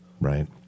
right